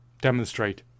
demonstrate